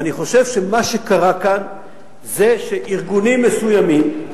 ואני חושב שמה שקרה כאן זה שארגונים מסוימים,